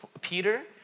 Peter